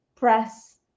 press